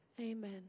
Amen